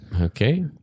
okay